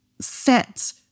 set